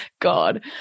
god